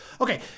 Okay